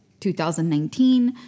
2019